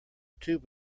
tube